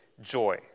joy